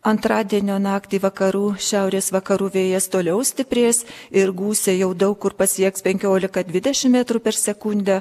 antradienio naktį vakarų šiaurės vakarų vėjas toliau stiprės ir gūsiai jau daug kur pasieks penkiolika dvidešim metrų per sekundę